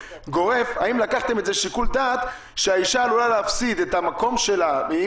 האם היה שיקול דעת שאישה עלולה להפסיד את המקום שלה אם